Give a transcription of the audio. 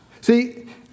See